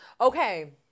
Okay